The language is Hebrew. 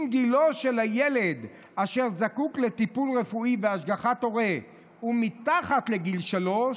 אם גילו של הילד אשר זקוק לטיפול רפואי והשגחת הורה הוא מתחת לשלוש,